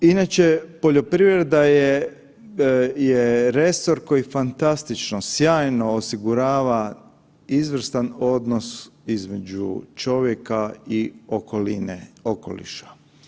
Inače, poljoprivreda je resor koji fantastično, sjajno osigurava izvrstan odnos između čovjeka i okoline, okoliša.